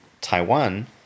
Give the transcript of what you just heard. Taiwan